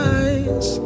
eyes